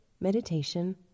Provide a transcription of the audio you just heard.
meditation